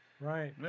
right